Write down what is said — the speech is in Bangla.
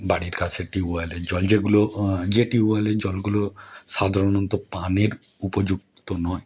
বাড়ির কাছের টিউবওয়েলের জল যেগুলো যে টিউবওয়েলের জলগুলো সাধারণত পানের উপযুক্ত নয়